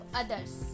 others